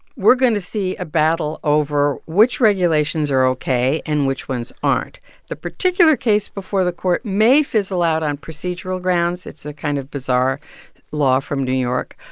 we're going to see a battle over which regulations are ok and which ones aren't the particular case before the court may fizzle out on procedural grounds. it's a kind of bizarre law from new york.